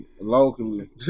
locally